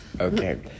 Okay